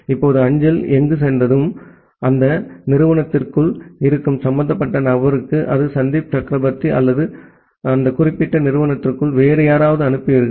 இப்போது அஞ்சல் அங்கு சென்றதும் அந்த நிறுவனத்திற்குள் இருக்கும் சம்பந்தப்பட்ட நபருக்கு அது சந்தீப் சக்ரபர்த்தி அல்லது அந்த குறிப்பிட்ட நிறுவனத்திற்குள் வேறு யாராவது அனுப்புவீர்கள்